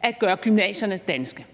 at gøre gymnasierne danske?